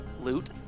Loot